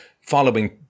following